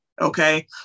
Okay